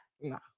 No